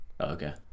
okay